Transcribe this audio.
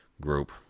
group